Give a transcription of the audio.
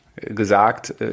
gesagt